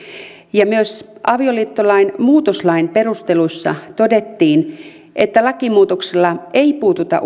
ja myös avioliittolain muutoslain perusteluissa todettiin että lakimuutoksella ei puututa